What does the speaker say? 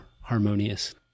harmonious